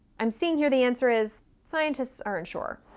i'm seeing here the answer is. scientists are unsure.